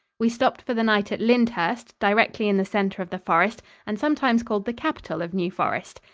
we stopped for the night at lyndhurst, directly in the center of the forest and sometimes called the capital of new forest.